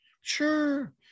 sure